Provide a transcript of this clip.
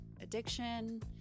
addiction